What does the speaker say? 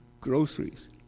groceries